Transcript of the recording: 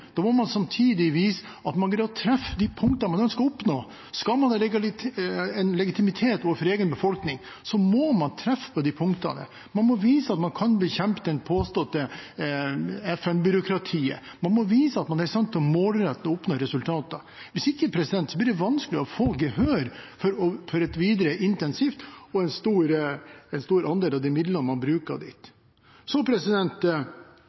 må man samtidig vise at man greier å treffe punktene man ønsker å oppnå. Skal man ha legitimitet overfor egen befolkning, må man treffe på de punktene. Man må vise at man kan bekjempe det påståtte FN-byråkratiet. Man må vise at man er i stand til målrettet å oppnå resultater. Hvis ikke blir det vanskelig å få gehør for et videre incentiv og en stor andel av midlene man bruker. Så